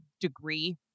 degree